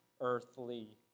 earthly